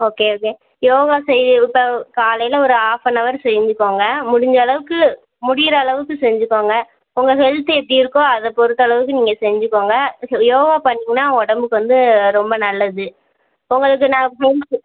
okay okay yoga செய்ய இப்போ காலையில ஒரு ஹாஃபனவர் செஞ்சிக்கோங்க முடிந்த அளவுக்கு முடிகிற அளவுக்கு செஞ்சிக்கோங்க உங்கள் ஹெல்த்து எப்படி இருக்கோ அதை பொறுத்த அளவுக்கு நீங்கள் செஞ்சிக்கோங்க ஸோ யோகா பண்ணிங்கன்னா உடம்புக்கு வந்து ரொம்ப நல்லது உங்களுக்கு நான் ஹெல்த்து